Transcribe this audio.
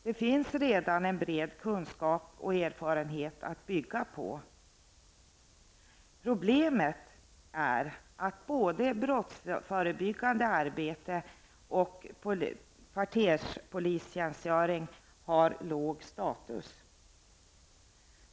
Det finns redan en bred kunskap och erfarenhet att bygga på. Problemet är att både brottsförebyggande arbete och kvarterspolistjänstgöring har låg status.